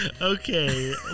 Okay